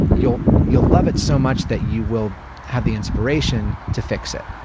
you'll you'll love it so much that you will have the inspiration to fix it.